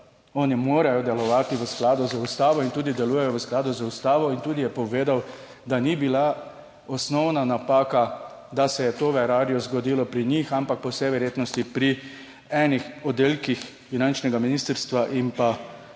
oni morajo delovati v skladu z Ustavo in tudi delujejo v skladu z Ustavo in tudi je povedal, da ni bila osnovna napaka, da se je to v Erarju zgodilo pri njih, ampak po vsej verjetnosti pri enih oddelkih finančnega ministrstva in pa druge